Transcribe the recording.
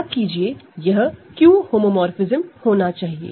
याद कीजिए यह Q होमोमोरफ़िज्म होना चाहिए